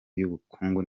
y’ubukungu